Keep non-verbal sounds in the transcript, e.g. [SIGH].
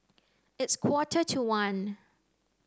its [NOISE] quarter to one